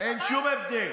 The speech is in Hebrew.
אין שום הבדל.